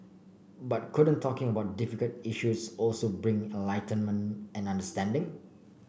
but couldn't talking about difficult issues also bring enlightenment and understanding